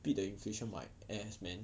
beat the inflation my ass man